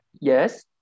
yes